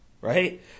right